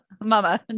Mama